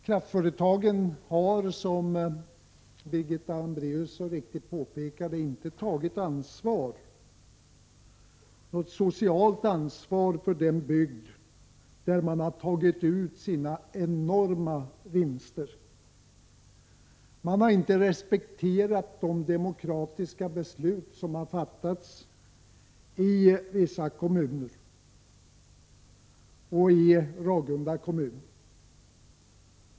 Kraftföretagen har, som Birgitta Hambraeus så riktigt påpekade, inte tagit något socialt ansvar för den bygd där man har tagit ut sina enorma vinster. Man har inte respekterat de demokratiska beslut som har fattats i vissa kommuner och i Ragunda kommun.